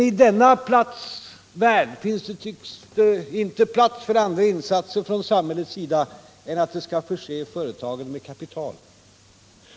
I denna värld tycks det inte finnas plats för andra insatser från samhällets sida än att förse företagen med kapital.